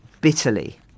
bitterly